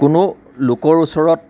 কোনো লোকৰ ওচৰত